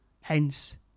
Hence